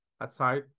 outside